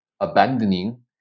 abandoning